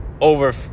over